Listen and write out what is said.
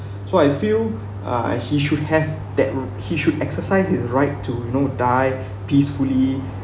so I feel uh he should have that he should exercise his right to you know die peacefully